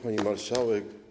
Pani Marszałek!